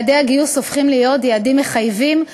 יעדי הגיוס הופכים להיות יעדים מחייבים,